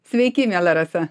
sveiki miela rasa